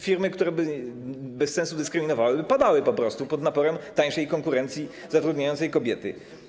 Firmy, które by bez sensu dyskryminowały, by padały po prostu pod naporem tańszej konkurencji zatrudniającej kobiety.